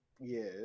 Yes